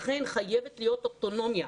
לכן חייבת להיות אוטונומיה,